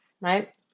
right